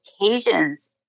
occasions